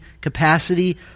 capacity